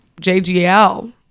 JGL